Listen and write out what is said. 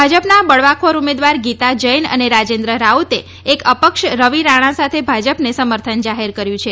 ભાજપના બળવાખોર ઉમેદવાર ગીતા જૈન અને રાજેન્દ્ર રાઉતે એક અપક્ષ રવિ રાણા સાથે ભાજપને સમર્થન જાહેર કર્યું છે